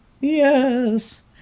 Yes